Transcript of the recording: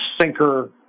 sinker